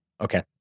Okay